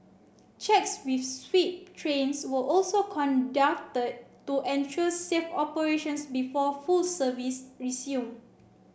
checks with sweep trains were also conducted to ensure safe operations before full service resumed